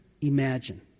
imagine